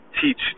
teach